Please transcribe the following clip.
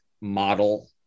model